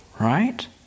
right